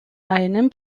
einen